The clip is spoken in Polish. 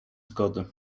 zgody